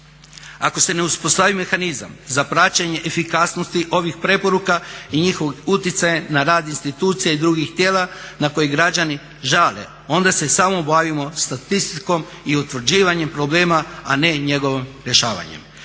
Ako se ne uspostavi mehanizam za paćenje efikasnosti ovih preporuka i njihovog utjecaja na rad institucija i drugih tijela na koje građani žale, onda se samo bavimo statistikom i utvrđivanjem problema, a ne njegovim rješavanjem.